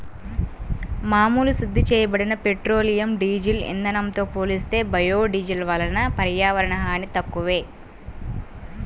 మామూలు శుద్ధి చేయబడిన పెట్రోలియం, డీజిల్ ఇంధనంతో పోలిస్తే బయోడీజిల్ వలన పర్యావరణ హాని తక్కువే